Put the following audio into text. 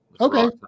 Okay